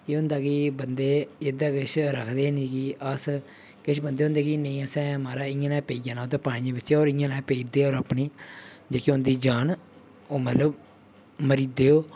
केह् होंदा कि बन्दे एह्दा किश रखदे नी कि अस किश बन्दे होंदे कि नेईं असें महाराज इ'यां ने पेई जाना पानियै बिच्च होर इ'यां ने पेई दे होर अपनी जेह्की होंदी जान ओह् मतलब मरी दे ओह्